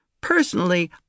Personally